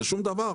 זה שום דבר.